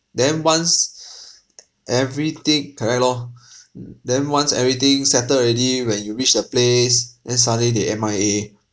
then once everything correct lor uh then once everything settled already when you reach the place then suddenly they M_I_A